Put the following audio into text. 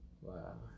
Wow